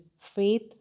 faith